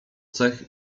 cech